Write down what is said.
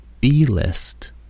B-list